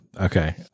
Okay